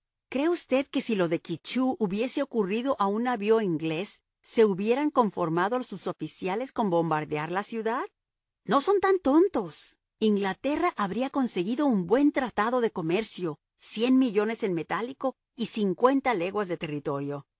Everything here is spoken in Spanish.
cree usted que si lo de ky tcheou hubiese ocurrido a un navío inglés se hubieran conformado sus oficiales con bombardear la ciudad no son tan tontos inglaterra habría conseguido un buen tratado de comercio cien millones en metálico y cincuenta leguas de territorio